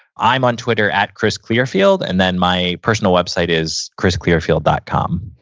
i'm on twitter, at chrisclearfield, and then, my personal website is chrisclearfield dot com